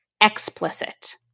explicit